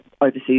overseas